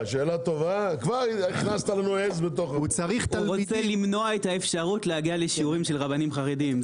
הוא רוצה למנוע את האפשרות להגיע לשיעורים של רבנים חרדים.